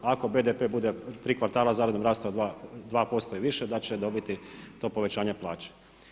Ako BDP bude tri kvartala za redom rastao 2% i više da će dobiti to povećanje plaće.